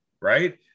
right